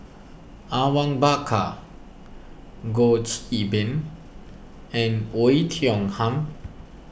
Awang Bakar Goh Qiu Bin and Oei Tiong Ham